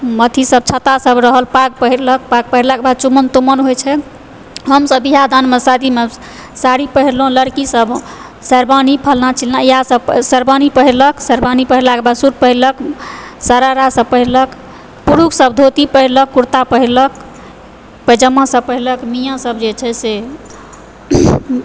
अथीसभ छातासभ रहल पाग पहिरलक पाग पहिरलाक बाद चुमाओन तुमाओन होइ छै हमसभ बिआह दानमे शादीमे साड़ी पहिरलहुँ लड़कीसभ शेरवानी फलना चिलना इएहसभ शेरवानी पहिरलक शेरवानी पहिरलाक बाद सूट पहिरलक सरारासभ पहिरलक पुरुषसभ धोती पहिरलक कुर्ता पहिरलक पयजामासभ पहिरलक मियाँसभ जे छै से